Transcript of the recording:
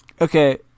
Okay